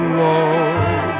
Alone